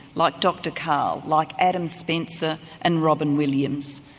like dr karl, like adam spencer and robyn williams,